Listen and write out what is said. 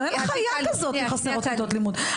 אין חיה כזאת חסרות כיתות לימוד.